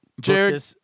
Jared